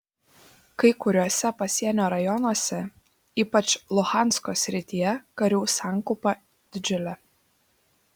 kai kuriuose pasienio rajonuose ypač luhansko srityje karių sankaupa didžiulė